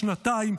בשנתיים,